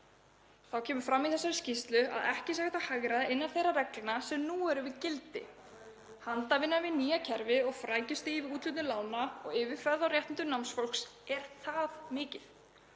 Það kemur fram í þessari skýrslu að ekki sé hægt að hagræða innan þeirra reglna sem nú eru í gildi, handavinna við nýja kerfið og flækjustigið við úthlutun lána og yfirferð á réttindum námsfólks er það mikið.